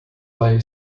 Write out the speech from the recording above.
lay